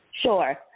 Sure